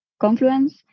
Confluence